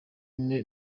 ine